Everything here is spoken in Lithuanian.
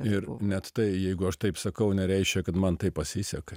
ir net jeigu aš taip sakau nereiškia kad man taip pasiseka